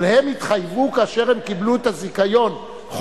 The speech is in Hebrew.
אבל כאשר הם קיבלו את הזיכיון הם התחייבו,